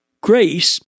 Grace